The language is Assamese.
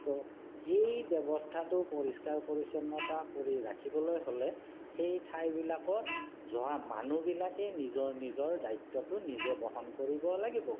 তো এই ব্যৱস্থাটো পৰিষ্কাৰ পৰিচ্ছন্নতা কৰি ৰাখিবলৈ হ'লে সেই ঠাইবিলাকত যোৱা মানুহবিলাকেই নিজৰ নিজৰ দায়িত্বটো নিজে বহন কৰিব লাগিব